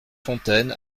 fontaine